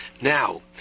Now